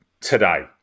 today